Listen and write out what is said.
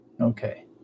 Okay